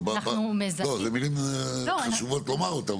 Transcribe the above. אלו מילים חשובות לומר אותן,